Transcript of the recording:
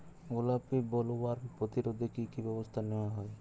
গোলাপী বোলওয়ার্ম প্রতিরোধে কী কী ব্যবস্থা নেওয়া হয়?